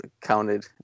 counted